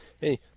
hey